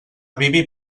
bibi